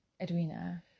Edwina